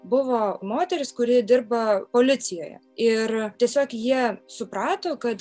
buvo moteris kuri dirba policijoje ir tiesiog jie suprato kad